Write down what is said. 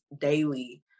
daily